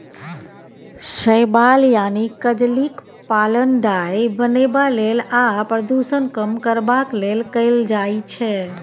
शैबाल यानी कजलीक पालन डाय बनेबा लेल आ प्रदुषण कम करबाक लेल कएल जाइ छै